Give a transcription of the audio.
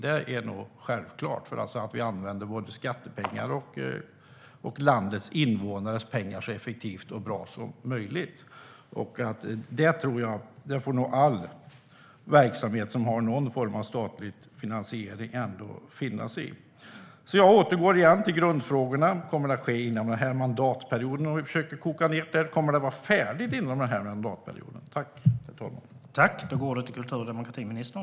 Det är självklart att vi använder både skattepengar och landets invånares pengar så effektivt och bra som möjligt, och det får all verksamhet som har någon form av statlig finansiering finna sig i. Jag återkommer till grundfrågorna: Kommer detta att ske inom den här mandatperioden, om vi försöker koka ned det? Kommer det att vara färdigt inom den här mandatperioden?